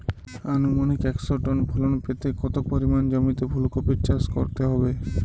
আনুমানিক একশো টন ফলন পেতে কত পরিমাণ জমিতে ফুলকপির চাষ করতে হবে?